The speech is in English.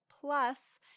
Plus